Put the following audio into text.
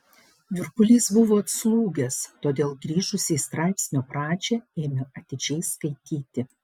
virpulys buvo atslūgęs todėl grįžusi į straipsnio pradžią ėmė atidžiai skaityti